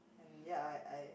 and ya I I